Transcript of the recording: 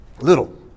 little